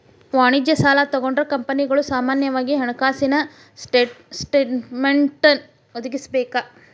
ವಾಣಿಜ್ಯ ಸಾಲಾ ತಗೊಂಡ್ರ ಕಂಪನಿಗಳು ಸಾಮಾನ್ಯವಾಗಿ ಹಣಕಾಸಿನ ಸ್ಟೇಟ್ಮೆನ್ಟ್ ಒದಗಿಸಬೇಕ